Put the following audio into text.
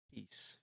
Peace